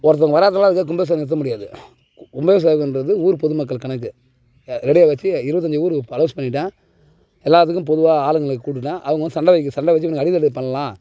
ஒருத்தங்க வராதுனால அதுக்காக கும்பாஷேத்தை நிறுத்த முடியாது கும்பாபிஷேகன்றது ஊர் பொது மக்கள் கணக்கு ரெடியாக வச்சு இருபத்தஞ்சி ஊருக்கு அலோன்ஸ் பண்ணிவிட்டேன் எல்லாத்துக்கும் பொதுவாக ஆளுங்களை கூப்பிடுட்டேன் அவங்க வந்து சண்டை வைக்கிறது சண்டை வச்சி இவனுங்க அடிதடி பண்ணலாம்